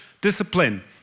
discipline